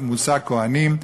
קודם כול, מי זאת כוהנת?